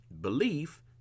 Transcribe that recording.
Belief